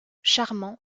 charmant